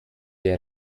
der